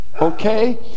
Okay